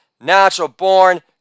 natural-born